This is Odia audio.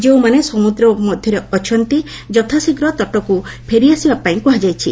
ଯେଉଁମାନେ ସମୁଦ୍ର ମଧ୍ୟରେ ଅଛନ୍ତି ଯଥାଶୀଘ୍ର ତଟକୁ ଫେରିଆସିବା ପାଇଁ କୁହାଯାଇଛି